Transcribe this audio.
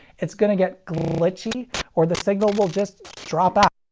it's gonna get glitchy or the signal will just drop out.